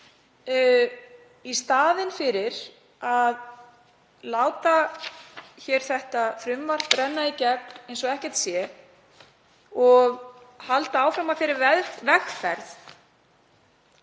Í staðinn fyrir að láta þetta frumvarp renna í gegn eins og ekkert sé og halda áfram á þeirri vegferð